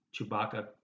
Chewbacca